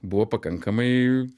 buvo pakankamai